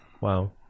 Wow